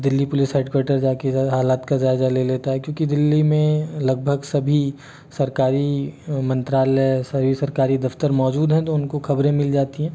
Delhi police headquarter जाकर हालात का जायज़ा ले लेता है क्योंकि दिल्ली में लगभग सभी सरकारी मंत्रालय सभी सरकारी दफ़्तर मौजूद हैं तो उनको ख़बरें मिल जाती हैं